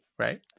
Right